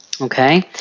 okay